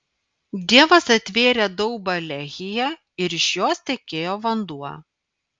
dievas atvėrė daubą lehyje ir iš jos tekėjo vanduo